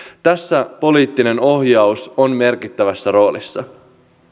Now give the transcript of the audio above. tässä poliittinen ohjaus on merkittävässä roolissa